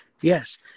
Yes